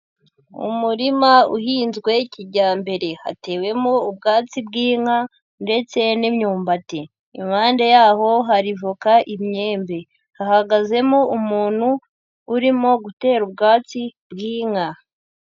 Umurima uhinzwe kijyambere. Hatewemo ubwatsi bw'inka ndetse n'imyumbati. Impande yaho hari voka, imyembe. Hahagazemo umuntu urimo gutera ubwatsi bw'inka.